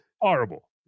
Horrible